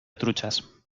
truchas